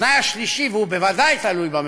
התנאי השלישי, והוא ודאי כלול בממשלה,